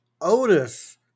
Otis